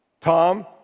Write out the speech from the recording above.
Tom